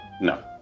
No